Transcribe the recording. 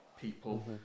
people